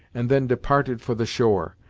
and then departed for the shore.